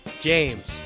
James